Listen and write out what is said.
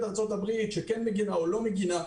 ארצות הברית שכן מגינה או לא מגינה,